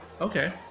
Okay